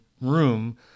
room